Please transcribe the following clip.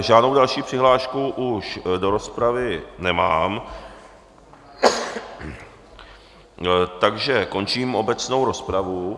Žádnou další přihlášku už do rozpravy nemám, takže končím obecnou rozpravu.